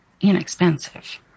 inexpensive